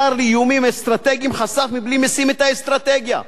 השר לאיומים אסטרטגיים חשף בלי משים את האסטרטגיה,